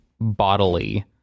bodily